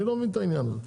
אני לא מבין את העניין הזה,